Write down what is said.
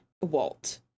Walt